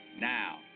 Now